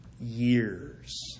years